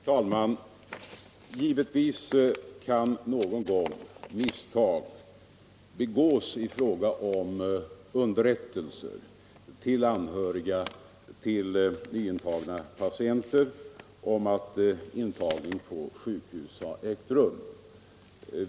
Herr talman! Givetvis kan misstag någon gång begås och anhöriga till nyintagna patienter inte få underrättelse att intagning på sjukhus har ägt rum.